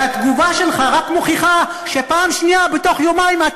והתגובה שלך רק מוכיחה שפעם שנייה בתוך יומיים אתה